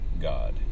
God